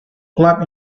club